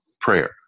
prayer